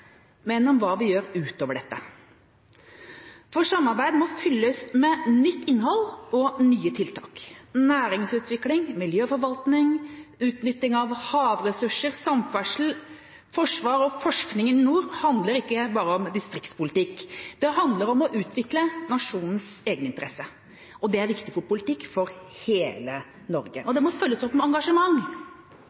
men om hva vi gjør utover dette. For samarbeid må fylles med nytt innhold og nye tiltak. Næringsutvikling, miljøforvaltning, utnytting av havressurser, samferdsel, forsvar og forskning i nord handler ikke bare om distriktspolitikk. Det handler om å utvikle nasjonens egeninteresse, og det er viktig politikk for hele Norge. Det må følges opp med engasjement.